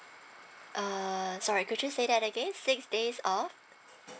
err sorry could you say that again six days of